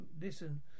listen